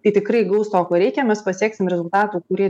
tai tikrai gaus to ko reikia mes pasieksim rezultatų kurie